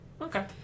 Okay